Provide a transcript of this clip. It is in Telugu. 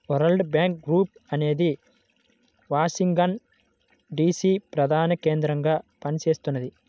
వరల్డ్ బ్యాంక్ గ్రూప్ అనేది వాషింగ్టన్ డీసీ ప్రధానకేంద్రంగా పనిచేస్తున్నది